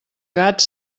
gats